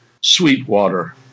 Sweetwater